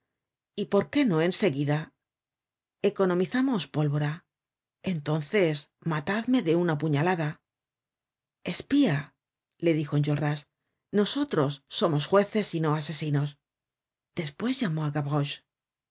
y por qué no en seguida economizamos la pólvora entonces matadmede un puñalada espía le dijo enjolras nosotros somos jueces y no asesinos despues llamó